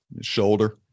Shoulder